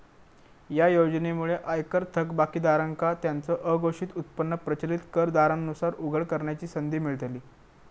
या योजनेमुळे आयकर थकबाकीदारांका त्यांचो अघोषित उत्पन्न प्रचलित कर दरांनुसार उघड करण्याची संधी मिळतली